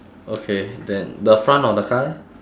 okay then the front of the car leh